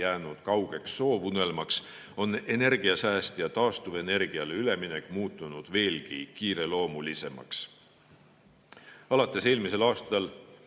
jäänud kaugeks soovunelmaks, on energiasääst ja taastuvenergiale üleminek muutunud veelgi kiireloomulisemaks. Alles eelmisel aastal